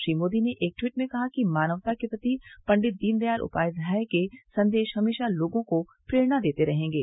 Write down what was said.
श्री मोदी ने एक ट्वीट में कहा कि मानवता के प्रति पंडित दीनदयाल उपाध्याय के संदेश हमेशा लोगों को प्रेरणा देते रहेंगे